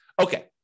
Okay